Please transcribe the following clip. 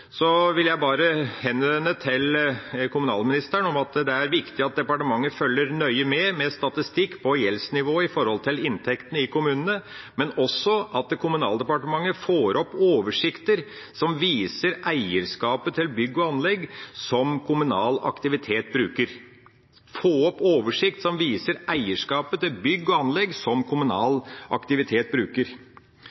vil jeg bare si til kommunalministeren at det er viktig at departementet følger nøye med, med statistikk på gjeldsnivået i forhold til inntektene i kommunene, men også at Kommunaldepartementet får opp oversikter som viser eierskapet til bygg og anlegg som kommunal aktivitet bruker. Kostnadene ved eksempelvis leiepriser for kommunal aktivitet som ikke gjelder 100 pst. kommunalt eide bygg,